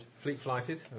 Fleet-flighted